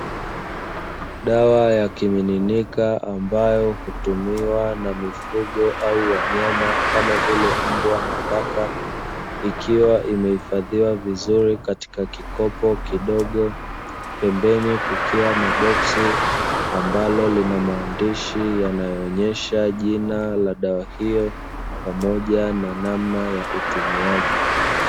Dawa ya kimiminika ambayo hutumiwa na mifugo au wanyama kama vile mbwa na paka; ikiwa imehifadhiwa vizuri katika kikopo kidogo pembeni kukiwa na boksi ambalo lina maandishi yanayoonesha jina la dawa hiyo pamoja na namna ya utumiaji.